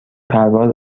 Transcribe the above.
پرواز